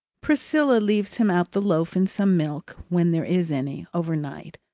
priscilla leaves him out the loaf and some milk, when there is any, overnight.